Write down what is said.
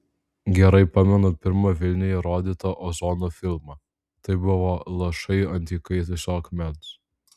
gerai pamenu pirmą vilniuje rodytą ozono filmą tai buvo lašai ant įkaitusio akmens